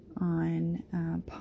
on